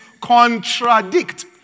contradict